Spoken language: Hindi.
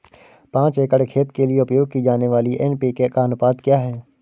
पाँच एकड़ खेत के लिए उपयोग की जाने वाली एन.पी.के का अनुपात क्या है?